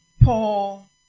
Paul